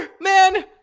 man